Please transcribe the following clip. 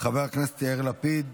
חבר הכנסת יאיר לפיד,